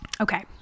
Okay